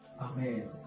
amen